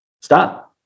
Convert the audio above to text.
stop